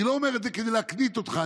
אני לא אומר את זה כדי להקניט אותך.